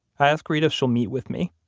i ask reta if she'll meet with me.